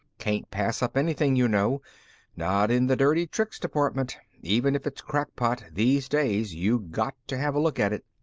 can't pass up anything, you know not in the dirty tricks department. even if it's crackpot, these days you got to have a look at it.